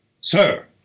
Sir